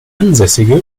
ansässige